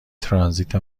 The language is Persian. ترانزیت